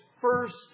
first